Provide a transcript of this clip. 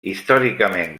històricament